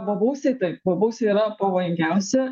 bobausiai taip bobausiai yra pavojingiausi